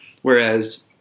Whereas